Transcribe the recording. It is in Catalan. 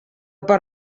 per